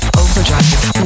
overdrive